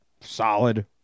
Solid